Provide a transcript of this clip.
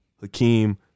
Hakeem